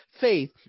faith